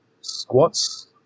squats